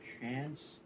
chance